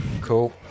cool